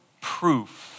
proof